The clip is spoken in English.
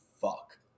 fuck